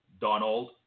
Donald